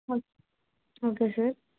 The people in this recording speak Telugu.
oh okay sir